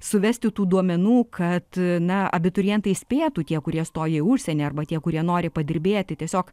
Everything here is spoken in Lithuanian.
suvesti tų duomenų kad na abiturientai spėtų tie kurie stoja į užsienį arba tie kurie nori padirbėti tiesiog